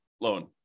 loan